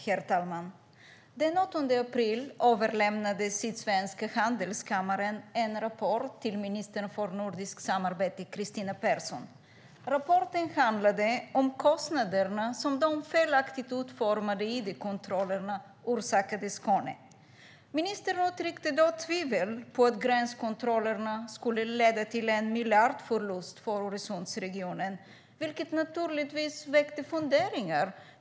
Herr talman! Den 8 april överlämnade Sydsvenska industri och handelskammaren en rapport till ministern för nordiskt samarbete, Kristina Persson. Rapporten handlade om de kostnader som de felaktigt utformade idkontrollerna orsakade Skåne. Ministern uttryckte då tvivel om att gränskontrollerna skulle leda till en miljardförlust för Öresundsregionen, vilket naturligtvis väckte funderingar.